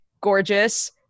gorgeous